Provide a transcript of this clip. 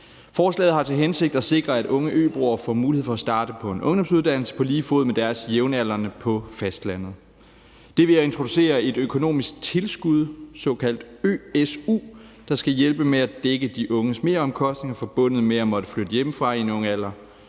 Forslaget har til hensigt at sikre, at unge øboere får mulighed for at starte på en ungdomsuddannelse på lige fod med deres jævnaldrende på fastlandet ved at introducere et økonomisk tilskud, en såkaldt ø-su, der skal hjælpe med at dække de unges meromkostninger forbundet med at måtte flytte hjemmefra i en ung alder